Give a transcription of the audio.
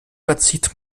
überzieht